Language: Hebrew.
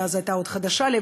שאז עד הייתה חדשה לי,